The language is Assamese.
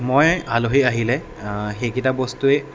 মই আলহী আহিলে সেইকেইটা বস্তুৱেই